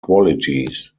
qualities